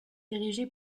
érigé